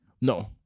No